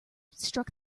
struck